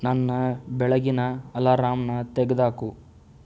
ನನ್ನ ಬೆಳಗಿನ ಅಲಾರಾಮ್ನ ತೆಗೆದಾಕು